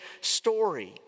story